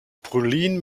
pauline